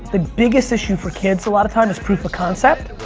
the biggest issue for kids a lot of time is proof of concept.